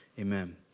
amen